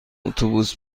اتوبوس